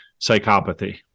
psychopathy